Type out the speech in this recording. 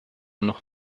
noch